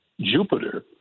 Jupiter